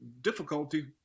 difficulty